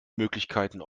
möglichkeiten